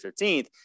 15th